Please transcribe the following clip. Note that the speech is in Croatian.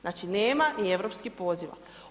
Znači, nema ni europskih poziva.